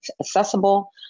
accessible